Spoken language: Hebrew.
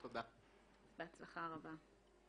בהצלחה רבה.